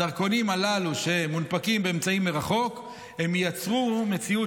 הדרכונים הללו שמונפקים באמצעים מרחוק ייצרו מציאות